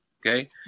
okay